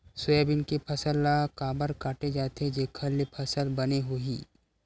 Soybean के फसल ल काबर काटे जाथे जेखर ले फसल बने होही?